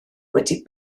wedi